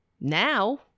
Now